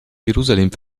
jerusalem